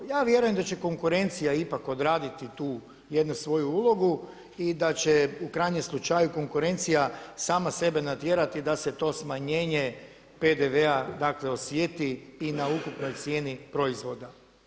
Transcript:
Pa ja vjerujem da će konkurencija ipak odraditi tu jednu svoju ulogu i da će u krajnjem slučaju konkurencija sama sebe natjerati da se to smanjenje PDV-a osjeti i na ukupnoj cijeni proizvoda.